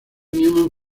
newman